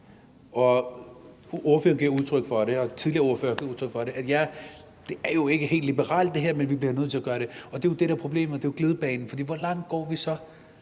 Ordføreren giver udtryk for – og det har tidligere ordførere også gjort – at det her jo ikke er helt liberalt, men at vi bliver nødt til at gøre det. Det er jo det, der er problemet, for det er en glidebane. For hvor langt vil vi så